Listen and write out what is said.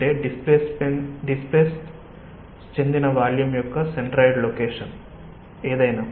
అంటే డిస్ప్లేస్ చెందిన వాల్యూమ్ యొక్క సెంట్రాయిడ్ లొకేషన్ ఏదైనా